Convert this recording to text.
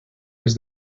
els